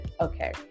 okay